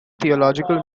theological